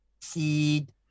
SEED